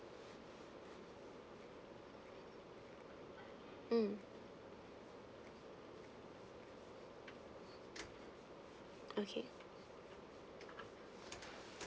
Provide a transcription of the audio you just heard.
mm okay